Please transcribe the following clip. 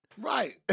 right